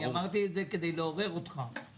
אני אמרתי את זה כדי לעורר אותך.